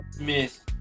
Miss